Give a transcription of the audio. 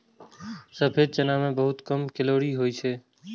सफेद चना मे बहुत कम कैलोरी होइ छै